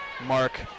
Mark